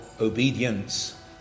obedience